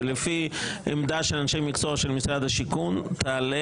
שלפי העמדה של אנשי המקצוע של משרד השיכון תעלה